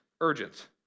urgent